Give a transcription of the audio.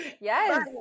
Yes